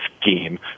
scheme